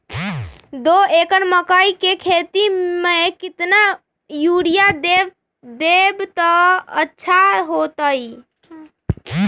दो एकड़ मकई के खेती म केतना यूरिया देब त अच्छा होतई?